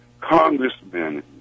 congressmen